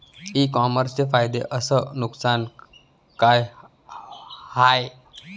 इ कामर्सचे फायदे अस नुकसान का हाये